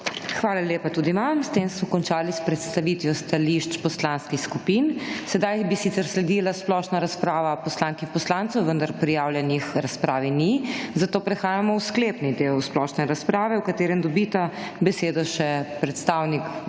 Hvala lepa tudi vam. S tem smo končali s predstavitvijo stališč poslanskih skupin. Sedaj bi sicer sledila splošna razprava poslank in poslancev, vendar prijavljenih k razpravi ni, zato prehajamo v sklepni del splošne razprave, v katerem dobita besedo **145.